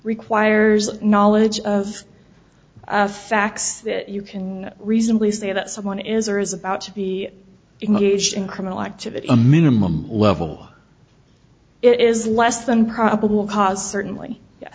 requires knowledge of facts that you can reasonably say that someone is or is about to be engaged in criminal activity a minimum level it is less than probable cause certainly